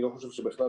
אני לא חושב שבכלל